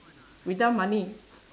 without money